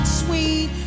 sweet